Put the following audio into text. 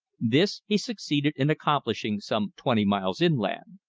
this he succeeded in accomplishing some twenty miles inland,